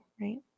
right